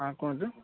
ହଁ କୁହନ୍ତୁ